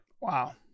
wow